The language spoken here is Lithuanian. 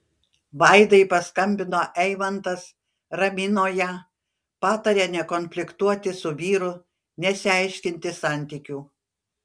vaidai paskambino eimantas ramino ją patarė nekonfliktuoti su vyru nesiaiškinti santykių